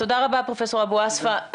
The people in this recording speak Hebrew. תודה רבה, פרופ' אבו עסבה.